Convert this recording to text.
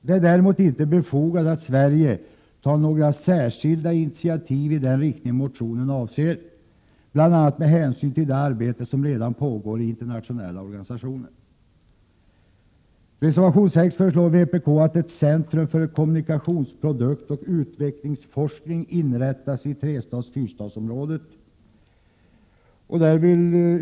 Det är däremot inte befogat att Sverige tar några särskilda initiativ i den riktning motionen avser, bl.a. med hänsyn till det arbete som redan pågår i internationella organisationer. I reservation 6 föreslår vpk att ett centrum för kommunikationsoch produktutvecklingsforskning inrättas i Trestads-Fyrstads-området.